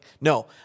No